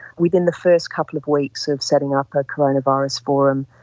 within the first couple of weeks of setting up a coronavirus forum,